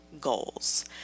Goals